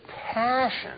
passion